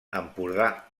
empordà